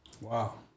Wow